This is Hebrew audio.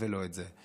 ולא את זה.